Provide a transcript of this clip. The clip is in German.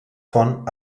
von